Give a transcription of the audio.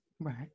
Right